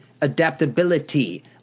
adaptability